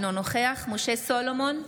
אינו נוכח משה סולומון,